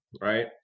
right